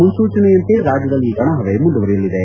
ಮುನ್ಲೂಚನೆಯಂತೆ ರಾಜ್ಯದಲ್ಲಿ ಒಣಹವೆ ಮುಂದುವರೆಯಲಿದೆ